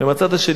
ומהצד השני,